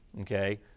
okay